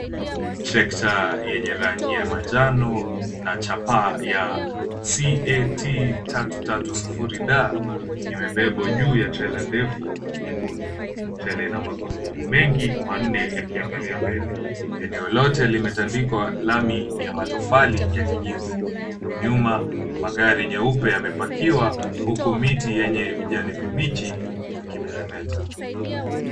Trekta yenye rangi ya manjano na chapa ya CAT 330D imebebwa juu ya trela ndefu nyekundu. Trela ina magurudumu mengi manne yakiangalia mbele. Eneo lote limetandikwa lami ya matofali ya kijivu. Nyuma, magari meupe yamepakiwa huku miti yenye vijani vibichi zikimetameta.